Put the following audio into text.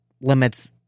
limits